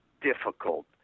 difficult